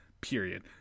period